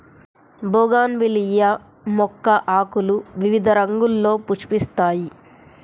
bougainvillea మొక్క ఆకులు వివిధ రంగుల్లో పుష్పిస్తాయి